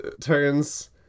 turns